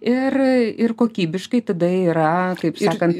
ir ir kokybiškai tada yra kaip sakant